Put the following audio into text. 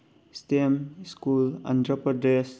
system school under Pradesh